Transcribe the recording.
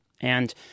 And-